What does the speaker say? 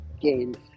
gains